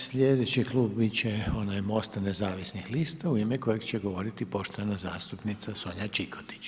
Sljedeći Klub bit će onaj MOST-a nezavisnih lista, u ime kojeg će govoriti poštovana zastupnica Sonja Čikotić.